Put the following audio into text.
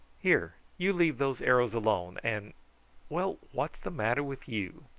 here, you leave those arrows alone, and well, what's the matter with you?